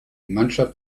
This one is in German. mannschaft